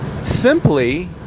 simply